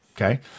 Okay